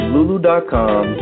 Lulu.com